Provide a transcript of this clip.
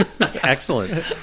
Excellent